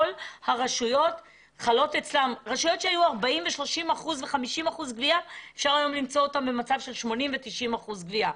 רשויות שהיו עם 30% - 50% גבייה נמצאות היום במצב של 80% - 90% גבייה.